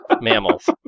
mammals